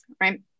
right